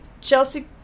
Chelsea